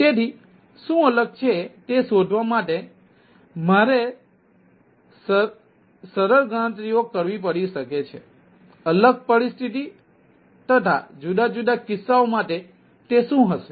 તેથી શું અલગ છે તે શોધવા માટે મારે સરળ ગણતરીઓ કરવી પડી શકે છે અલગ પરિસ્થિતિ તથા જુદા જુદા કિસ્સાઓ માટે તે શું હશે